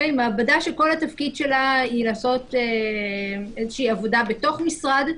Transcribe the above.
מעבדה שכל התפקיד שלה הוא לעשות איזושהי עבודה בתוך משרד.